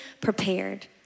prepared